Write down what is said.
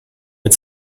mit